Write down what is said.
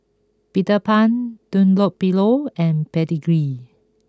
Peter Pan Dunlopillo and Pedigree